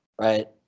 right